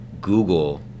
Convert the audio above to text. Google